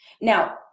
Now